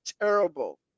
terrible